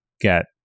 get